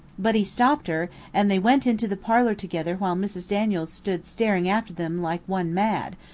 but he stopped her and they went into the parlor together while mrs. daniels stood staring after them like one mad,